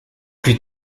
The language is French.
plus